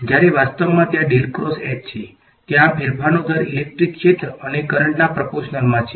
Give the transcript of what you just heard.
જ્યારે બીજા સમીકરણમાં ત્યાં છે ત્યાં ફેરફારનો દર ઇલેક્ટ્રિક ક્ષેત્ર અને કરંટના પ્રપોર્શંનલ છે